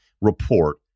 Report